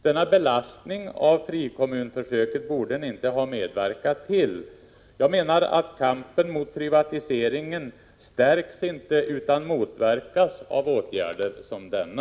Denna belastning av frikommunsförsöket borde ni inte ha medverkat till. Kampen mot privatiseringen stärks inte utan motverkas av åtgärder som denna.